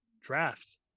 draft